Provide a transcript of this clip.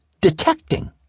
detecting